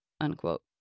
unquote